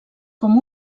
com